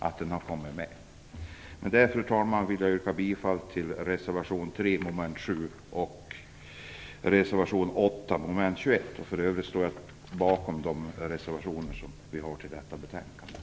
Med detta, fru talman, vill jag yrka bifall till reservation 3 under mom. 7 och reservation 8 under mom. 21, även om jag naturligtvis står bakom alla